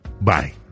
Bye